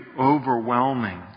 overwhelming